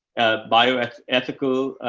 bioethical,